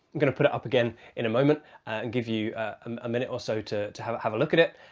i'm going to put it up again in a moment and give you um a minute or so to to have it have a look at it.